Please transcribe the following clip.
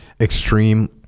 Extreme